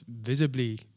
visibly